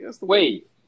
Wait